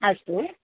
अस्तु